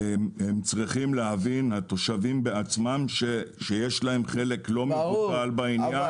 התושבים צריכים להבין בעצמם שיש להם חלק לא מבוטל בעניין,